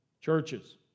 churches